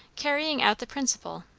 carrying out the principle,